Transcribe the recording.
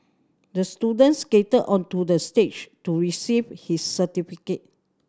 the student skated onto the stage to receive his certificate